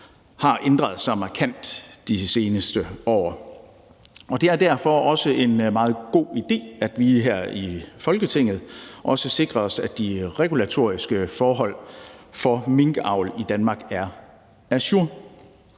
har ændret sig markant de seneste år. Det er derfor også en meget god idé, at vi her i Folketinget også sikrer os, at de regulatoriske forhold for minkavl i Danmark er ajour.